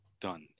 done